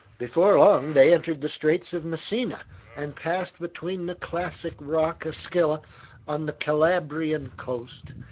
before long they entered the straits of messina and passed between the classic rock of scylla on the calabrian coast,